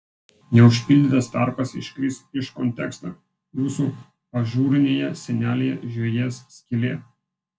neužpildytas tarpas iškris iš konteksto jūsų ažūrinėje sienelėje žiojės skylė